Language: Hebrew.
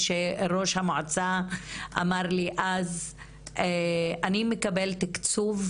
כשראש המועצה אמר לי אז שהוא מקבל תקצוב